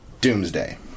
Doomsday